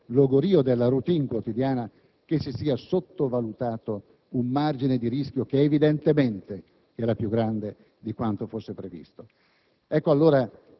per il logorio della *routine* quotidiana, si sia sottovalutato un margine di rischio che evidentemente era più grande di quanto fosse previsto?